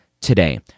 today